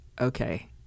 Okay